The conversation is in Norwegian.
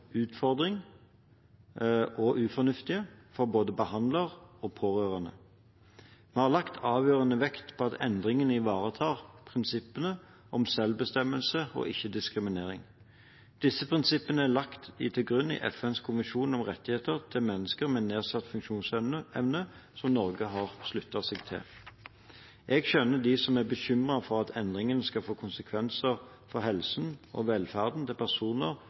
utfordring og som ufornuftige for både behandlere og pårørende. Vi har lagt avgjørende vekt på at endringen ivaretar prinsippene om selvbestemmelse og ikke-diskriminering. Disse prinsippene er lagt til grunn i FNs konvensjon om rettighetene til mennesker med nedsatt funksjonsevne, som Norge har sluttet seg til. Jeg skjønner dem som er bekymret for at endringen skal få konsekvenser for helsen og velferden til personer